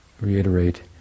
reiterate